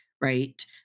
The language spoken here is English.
right